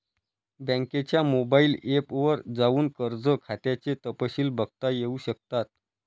बँकेच्या mobile app वर जाऊन कर्ज खात्याचे तपशिल बघता येऊ शकतात